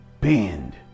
bend